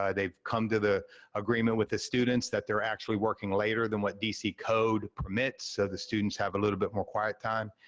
they've come to the agreement with the students that they're actually working later than what dc code permits, so the students have a little bit more quiet time.